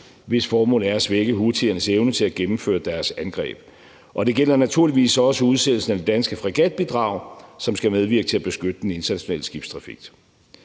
hvis formål er at svække houthiernes evne til at gennemføre deres angreb. Det gælder naturligvis også udsendelsen af det danske fregatbidrag, som skal medvirke til at beskytte den internationale skibstrafik.